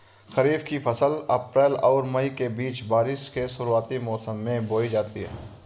खरीफ़ की फ़सल अप्रैल और मई के बीच, बारिश के शुरुआती मौसम में बोई जाती हैं